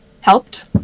helped